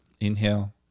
inhale